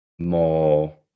more